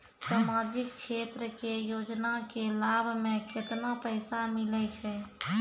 समाजिक क्षेत्र के योजना के लाभ मे केतना पैसा मिलै छै?